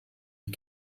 ich